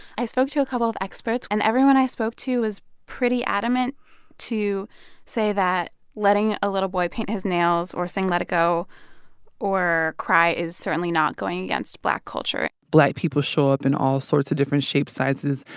i spoke to a couple of experts. and everyone i spoke to was pretty adamant to say that letting a little boy paint his nails or sing let it go or cry is certainly not going against black culture black people show up in all sorts of different shapes, sizes,